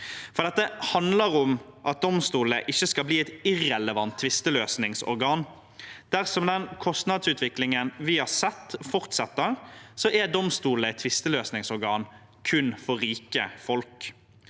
Dette handler om at domstolen ikke skal bli et irrelevant tvisteløsningsorgan. Dersom den kostnadsutviklingen vi har sett, fortsetter, er domstolen et tvisteløsningsorgan kun for rike folk.